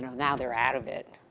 now they're out of it.